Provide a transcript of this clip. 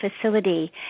facility